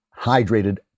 hydrated